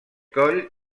coll